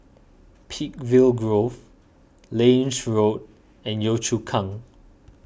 Peakville Grove Lange Road and Yio Chu Kang